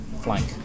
flank